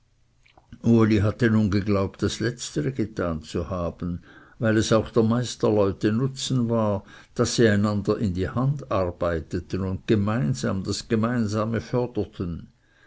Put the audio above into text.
uli hatte nun geglaubt das letztere getan zu haben weil es auch der meisterleute nutzen war daß sie einander in die hand arbeiteten und gemeinsam das gemeinsame förderten